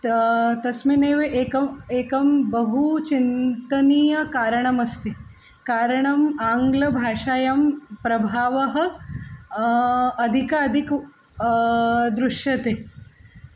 त तस्मिन्नेव एकः व् एकं बहु चिन्तनीयकारणमस्ति कारणम् आङ्ग्लभाषायां प्रभावः अधिकः अधिकः दृश्यते